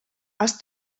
els